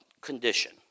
condition